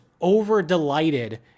over-delighted